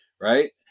right